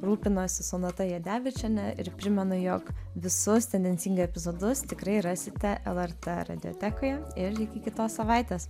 rūpinosi sonata jadevičienė ir primenu jog visus tendencingai epizodus tikrai rasite lrt radiotekoje ir iki kitos savaitės